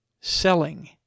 selling